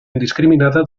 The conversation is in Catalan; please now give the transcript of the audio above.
indiscriminada